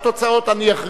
אני אכריז עליהן.